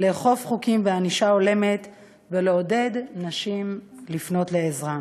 לאכוף חוקים וענישה הולמת ולעודד נשים לפנות לעזרה.